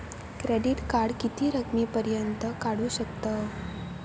Credit card किती रकमेपर्यंत काढू शकतव?